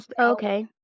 Okay